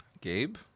Gabe